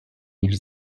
ніж